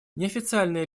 неофициальные